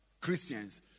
Christians